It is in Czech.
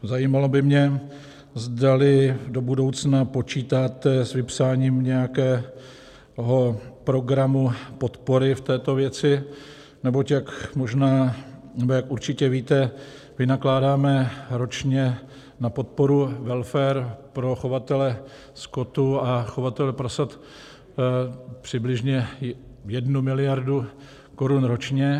Zajímalo by mě, zdali do budoucna počítáte s vypsáním nějakého programu podpory v této věci, neboť jak možná nebo jak určitě víte, vynakládáme ročně na podporu welfare pro chovatele skotu a chovatele prasat přibližně 1 miliardu korun ročně.